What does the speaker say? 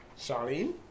Charlene